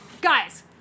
guys